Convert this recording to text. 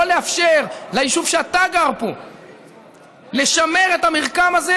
לא לאפשר ליישוב שאתה גר בו לשמר את המרקם הזה,